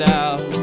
out